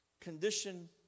condition